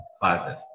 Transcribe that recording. father